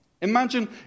Imagine